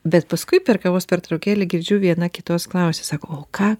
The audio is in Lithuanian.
bet paskui per kavos pertraukėlę girdžiu viena kitos klausė sako o ką